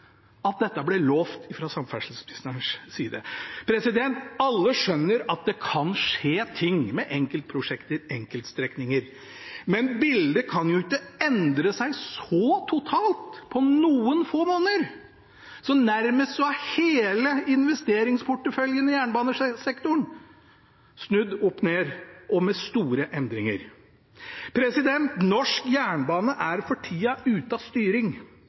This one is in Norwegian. siden dette ble lovt fra samferdselsministerens side. Alle skjønner at det kan skje ting med enkeltprosjekter, enkeltstrekninger. Men bildet kan jo ikke endre seg så totalt på noen få måneder. Nærmest hele investeringsporteføljen til jernbanesektoren er snudd opp ned og med store endringer. Norsk jernbane er for tida ute av styring,